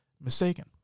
mistaken